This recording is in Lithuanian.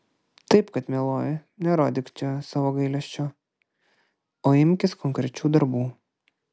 taip kad mieloji nerodyk čia savo gailesčio o imkis konkrečių darbų